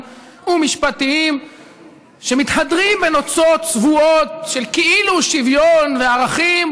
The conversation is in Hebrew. ומשפטיים שמתהדרים בנוצות צבועות של כאילו שוויון וערכים,